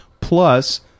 plus